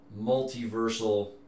multiversal